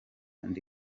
ndi